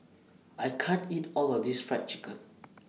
I can't eat All of This Fried Chicken